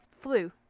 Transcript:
flu